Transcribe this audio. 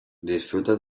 disfruta